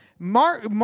Mark